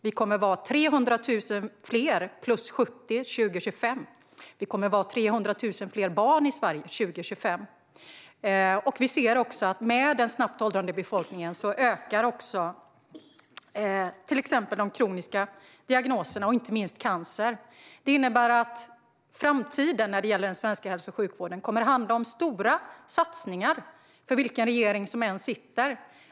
Det kommer att vara 300 000 fler 70-plus år 2025. Det kommer att vara 300 000 fler barn i Sverige år 2025. Vi ser att med den snabbt åldrande befolkningen ökar till exempel de kroniska diagnoserna och inte minst cancer. Det innebär att framtiden när det gäller den svenska hälso och sjukvården kommer att handla om stora satsningar för vilken regering som än sitter.